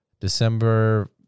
December